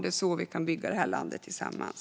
Det är så vi kan bygga landet tillsammans.